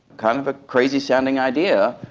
kind of a crazy sounding idea,